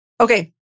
okay